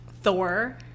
Thor